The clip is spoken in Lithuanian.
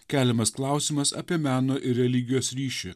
keliamas klausimas apie meno ir religijos ryšį